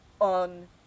on